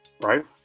Right